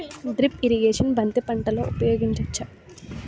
Drip irrigation బంతి పంటలో ఊపయోగించచ్చ?